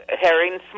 herring